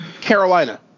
Carolina